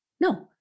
No